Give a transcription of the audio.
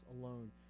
alone